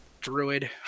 druid